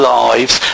lives